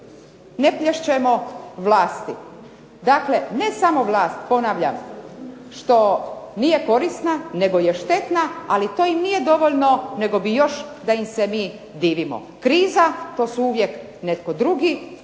ne plješćemo vlasti. Dakle, ne samo vlast ponavljam što nije korisna nego je štetna. Ali to nije dovoljno nego bi još da im se mi divimo. Kriza to su uvijek neki drugi